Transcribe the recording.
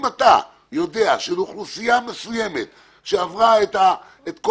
אם אתה יודע שאוכלוסייה מסוימת שעברה את כל